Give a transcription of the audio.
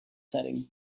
setting